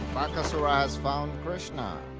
bakasura has found krishna.